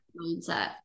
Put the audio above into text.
mindset